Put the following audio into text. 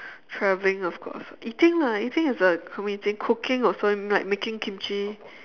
travelling of course eating lah eating is a how many thing cooking also like making kimchi